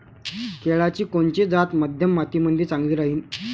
केळाची कोनची जात मध्यम मातीमंदी चांगली राहिन?